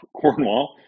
Cornwall